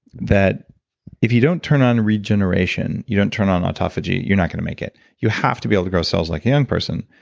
that if you don't turn on regeneration. you don't turn on autophagy, you're not going to make it. you have to be able to grow cells like a young person.